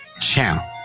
channel